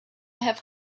have